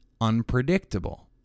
unpredictable